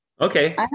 okay